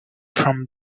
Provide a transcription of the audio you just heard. from